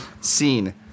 Scene